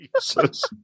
Jesus